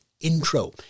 intro